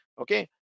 okay